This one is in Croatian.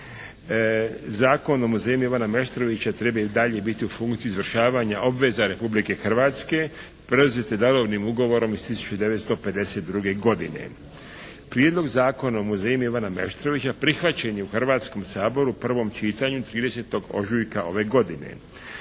Zakon o muzejima Ivana Meštrovića treba i dalje biti u funkciji izvršavanja obveza Republike Hrvatske preuzete darovnim ugovorom iz 1952. godine. Prijedlog Zakona o muzejima Ivana Meštrovića prihvaćen je u Hrvatskom saboru u prvom čitanju 30. ožujka ove godine.